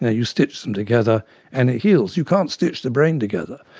ah you stitch them together and it heals. you can't stitch the brain together.